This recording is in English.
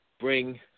bring